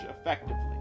effectively